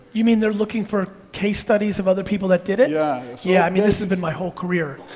you mean they're looking for case studies of other people that did it? yeah so yeah, i mean, this has been my whole career.